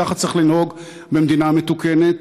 כך צריך לנהוג במדינה מתוקנת,